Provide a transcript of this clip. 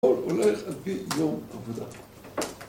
אולי אתה תביא יום עבודה